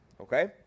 okay